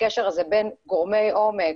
הקשר הזה בין גורמי עומק,